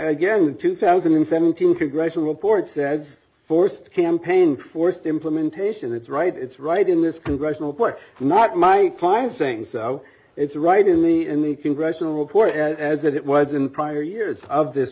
again two thousand and seventeen congressional reports as forced campaign forced implementation it's right it's right in this congressional court not my financings it's right in the in the congressional report as it was in prior years of this